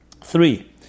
Three